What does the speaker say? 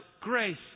grace